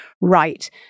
right